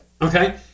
Okay